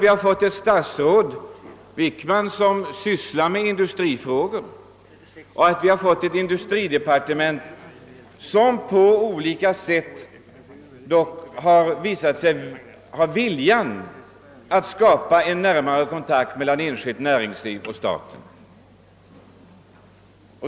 Vi har fått ett statsråd, herr Wickman, som sysslar med industrifrågor, och ett industridepartement som på olika sätt har visat sig äga viljan att skapa en närmare kontakt mellan det enskilda näringslivet och staten.